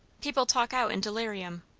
people talk out in delirium.